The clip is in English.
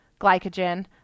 glycogen